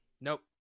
Nope